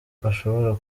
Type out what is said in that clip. ashobora